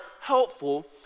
helpful